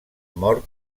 mor